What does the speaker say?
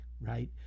right